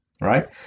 right